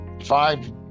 five